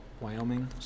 Wyoming